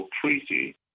treaty